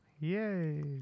Yay